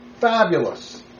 Fabulous